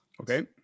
Okay